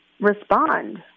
respond